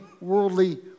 worldly